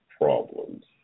problems